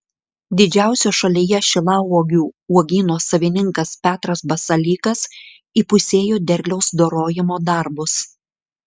didžiausio šalyje šilauogių uogyno savininkas petras basalykas įpusėjo derliaus dorojimo darbus